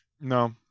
No